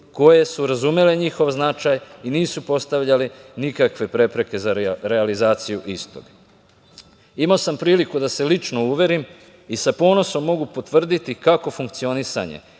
koje su razumele njihov značaj i nisu postavljali nikakve prepreke za realizaciju istog. Imao sam priliku da se lično uverim i sa ponosom mogu potvrditi kako funkcionisanje